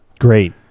Great